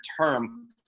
term